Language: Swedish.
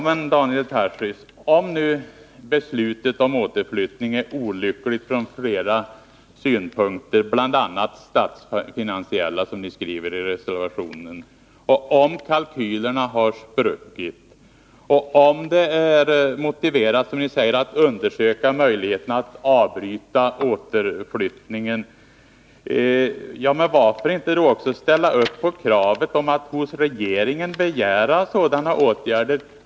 Men, Daniel Tarschys, om nu beslutet om återflyttning är olyckligt från flera synpunkter, bl.a. statsfinansiella, som ni skriver i reservationen, om kalkylerna spruckit och om det är, som ni säger, motiverat att undersöka möjligheten att avbryta återflyttningen, varför inte då också ställa upp på kravet att hos regeringen begära sådana åtgärder?